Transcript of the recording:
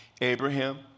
Abraham